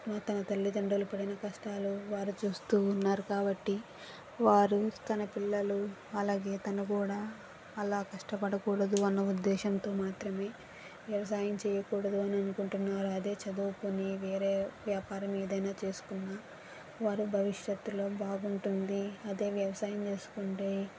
తన తల్లిదండ్రుల పడిన కష్టాలు వారు చూస్తూ ఉన్నారు కాబట్టి వారు తన పిల్లలు అలాగే తను కూడా అలా కష్టపడకూడదు అన్న ఉద్దేశంతో మాత్రమే వ్యవసాయం చేయకూడదు అని అనుకుంటున్నారు అదే చదువుకుని వేరే వ్యాపారం ఏదైనా చేసుకున్నా వారి భవిష్యత్తులో బాగుంటుంది అదే వ్యవసాయం చేసుకుంటే